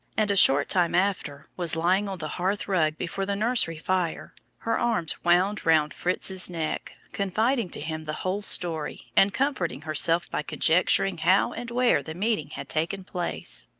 and a short time after was lying on the hearth-rug before the nursery fire, her arms wound round fritz's neck, confiding to him the whole story, and comforting herself by conjecturing how and where the meeting had taken place.